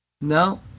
No